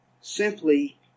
simply